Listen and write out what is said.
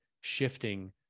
shifting